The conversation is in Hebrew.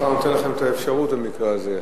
השר נותן לכם את האפשרות במקרה הזה.